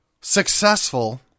successful